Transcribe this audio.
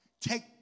take